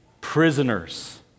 prisoners